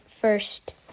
first